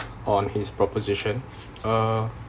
on his proposition uh